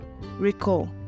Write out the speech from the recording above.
Recall